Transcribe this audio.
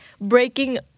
breaking